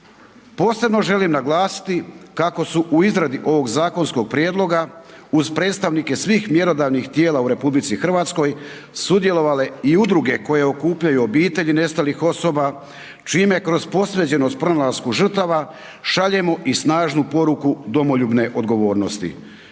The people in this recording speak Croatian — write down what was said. Posebno želim naglasiti kako su u izradi ovog zakonskog prijedloga uz predstavnike svih mjerodavnih tijela u RH sudjelovale i udruge koje okupljaju obitelji nestalih osoba čime kroz posvećenost pronalasku žrtava šaljemo i snažnu poruku domoljubne odgovornosti.